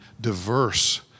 diverse